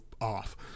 off